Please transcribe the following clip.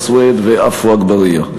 חנא סוייד ועפו אגבאריה.